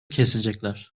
kesecekler